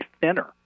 thinner